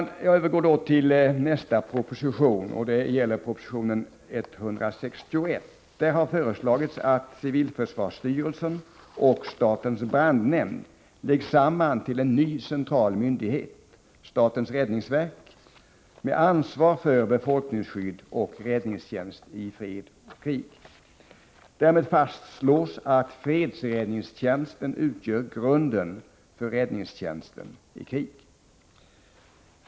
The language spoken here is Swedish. Jag övergår nu till nästa proposition, nr 161. Där har föreslagits att civilförsvarsstyrelsen och statens brandnämnd läggs samman till en ny central myndighet, statens räddningsverk, med ansvar för befolkningsskydd och räddningstjänst i fred och krig. Därmed fastslås att fredsräddningstjänsten utgör grunden för räddningstjänsten i krig.